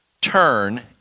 turn